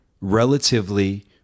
relatively